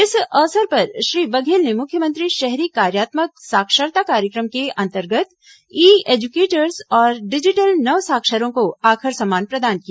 इस अवसर पर श्री बघेल ने मुख्यमंत्री शहरी कार्यात्मक साक्षरता कार्यक्रम के अंतर्गत ई एजुकेटर्स और डिजिटल नवसाक्षरों को आखर सम्मान प्रदान किया